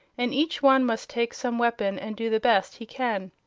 and each one must take some weapon and do the best he can.